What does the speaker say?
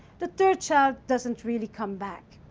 the third child doesn't really come back.